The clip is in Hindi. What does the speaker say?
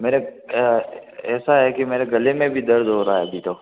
मेरे ऐसा है कि मेरे गले में भी दर्द हो रहा है अभी तो